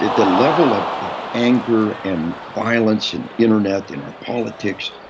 the level of of anger and violence in the internet, in our politics.